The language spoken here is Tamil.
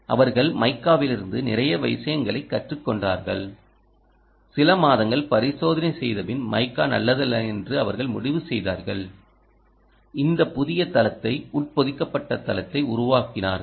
அவர்கள் மைக்காவிலிருந்து நிறைய விஷயங்களைக் கற்றுக்கொண்டார்கள் சில மாதங்கள் பரிசோதனை செய்தபின் மைக்கா நல்லதல்ல என்று அவர்கள் முடிவு செய்தார்கள் இந்த புதிய தளத்தை உட்பொதிக்கப்பட்ட தளத்தை உருவாக்கினார்கள்